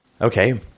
okay